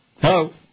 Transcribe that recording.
Hello